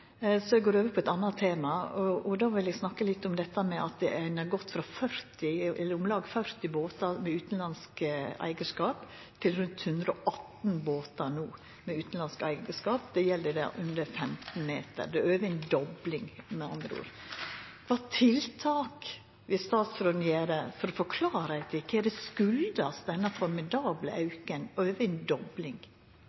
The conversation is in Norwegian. så eg går over på eit anna tema. Eg vil snakka litt om at ein har gått frå om lag 40 båtar med utanlandsk eigarskap til rundt 118 båtar med utanlandsk eigarskap no. Det gjeld båtar under 15 meter. Det er med andre ord over ei dobling. Kva tiltak vil statsråden gjera for å få klarheit i kva denne formidable auken skuldast